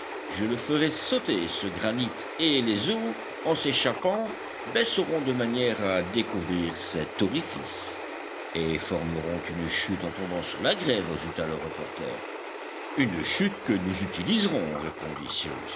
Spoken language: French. je le ferai sauter ce granit et les eaux en s'échappant baisseront de manière à découvrir cet orifice et formeront une chute en tombant sur la grève ajouta le reporter une chute que nous utiliserons répondit